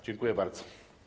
Dziękuję bardzo.